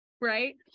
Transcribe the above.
Right